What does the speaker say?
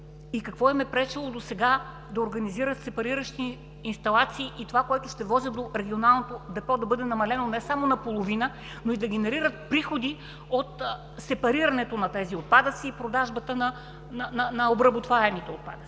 и какво им е пречело досега да организират сепариращи инсталации и това, което ще возят до регионалното депо да бъде намалено не само на половина, но и да генерират приходи от сепарирането на тези отпадъци и продажбата на обработваемите отпадъци?